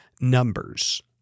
numbers